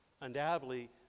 Undoubtedly